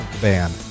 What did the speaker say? band